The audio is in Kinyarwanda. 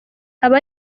aba